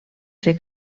ser